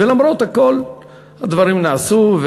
ולמרות הכול הדברים נעשו,